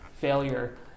failure